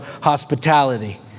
hospitality